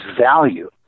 value